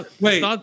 wait